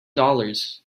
dollars